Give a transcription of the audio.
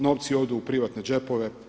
Novci odu u privatne džepove.